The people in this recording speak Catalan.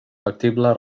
factible